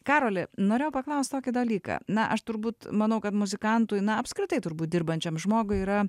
karoli norėjo paklaust tokį dalyką na aš turbūt manau kad muzikantui na apskritai turbūt dirbančiam žmogui yra